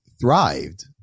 thrived